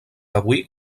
avui